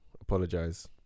Apologize